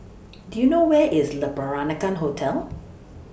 Do YOU know Where IS Le Peranakan Hotel